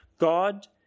God